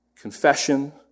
confession